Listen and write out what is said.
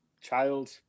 child